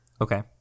Okay